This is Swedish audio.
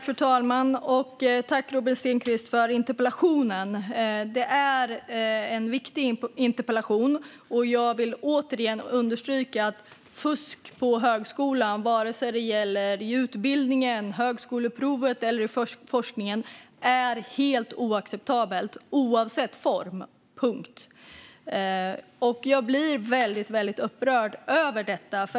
Fru talman! Tack, Robert Stenkvist, för interpellationen! Det är en viktig interpellation. Jag vill återigen understryka att fusk på högskolan - vare sig det gäller i utbildningen, på högskoleprovet eller i forskningen - är helt oacceptabelt, oavsett form, punkt. Jag blir väldigt upprörd över detta.